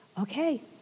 okay